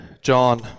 John